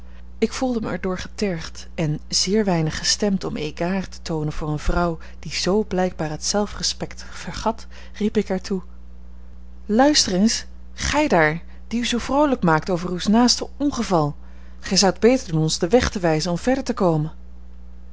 ik voelde mij er door getergd en zeer weinig gestemd om égards te toonen voor eene vrouw die zoo blijkbaar het zelfrespect vergat riep ik haar toe luister eens gij daar die u zoo vroolijk maakt over uws naasten ongeval gij zoudt beter doen ons den weg te wijzen om verder te komen